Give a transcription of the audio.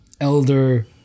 elder